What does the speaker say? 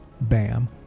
Bam